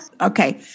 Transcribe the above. okay